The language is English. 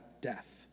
death